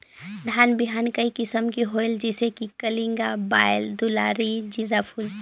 धान बिहान कई किसम के होयल जिसे कि कलिंगा, बाएल दुलारी, जीराफुल?